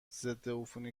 ضدعفونی